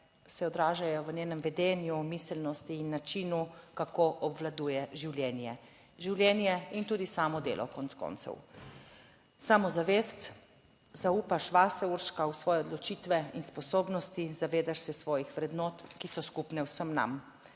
se odražajo v njenem vedenju, miselnosti in načinu, kako obvladuje življenje, življenje in tudi samo delo, konec koncev samozavest. Zaupaš vase, Urška, v svoje odločitve in sposobnosti. Zavedaš se svojih vrednot, ki so skupne vsem nam.